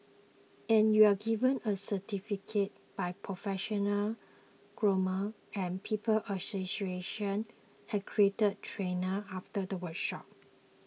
and you are given a certificate by professional groomer and People's Association accredited trainer after the workshop